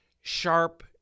sharp